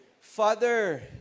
Father